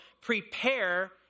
prepare